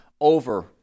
over